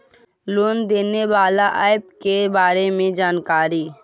Loan देने बाला app के बारे मे जानकारी?